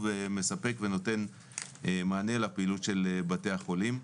מספק ונותן מענה לפעילות של בתי החולים.